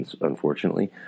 unfortunately